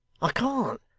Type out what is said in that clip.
i can't.